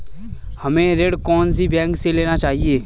हमें ऋण कौन सी बैंक से लेना चाहिए?